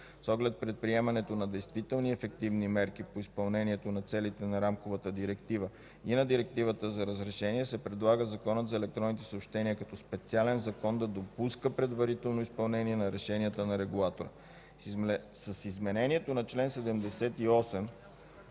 с оглед предприемането на действителни ефективни мерки по изпълнението на целите на Рамковата директива и на Директивата за разрешение се предлага Законът за електронните съобщения като специален закон да допуска предварително изпълнение на решенията на регулатора. С изменението на чл. 78